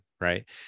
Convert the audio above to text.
right